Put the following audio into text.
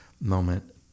moment